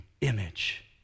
image